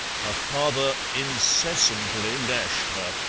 her father incessantly lashed her,